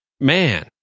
Man